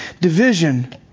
division